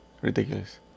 Ridiculous